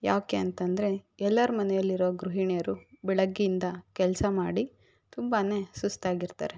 ಯಾಕೆ ಅಂತಂದರೆ ಎಲ್ಲರ ಮನೇಲಿರೊ ಗೃಹಿಣಿಯರು ಬೆಳಗ್ಗಿಂದ ಕೆಲಸ ಮಾಡಿ ತುಂಬಾ ಸುಸ್ತಾಗಿರ್ತಾರೆ